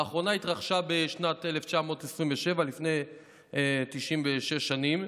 האחרונה התרחשה בשנת 1927, לפני 96 שנים.